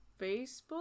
Facebook